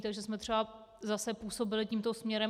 Takže jsme třeba zase působili tímto směrem.